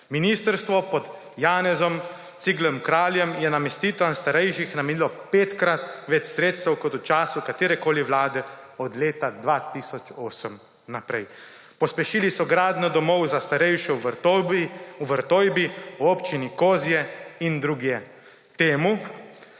Ministrstvo pod Janezom Ciglerjem Kraljem je namestitvam starejših namenilo petkrat več sredstev kot v času katerekoli vlade od leta 2008 naprej. Pospešili so gradnjo domov za starejše v Vrtojbi, v Občini Kozje in drugje. Temu